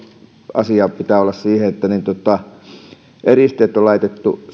asia mikä pitää olla on se että kosteuseristeet on laitettu